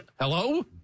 hello